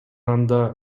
анда